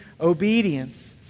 obedience